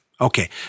Okay